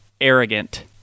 arrogant